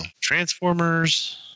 Transformers